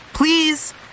Please